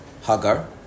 Hagar